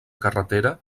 carretera